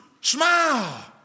Smile